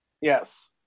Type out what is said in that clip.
Yes